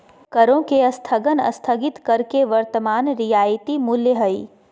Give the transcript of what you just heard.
करों के स्थगन स्थगित कर के वर्तमान रियायती मूल्य हइ